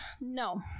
No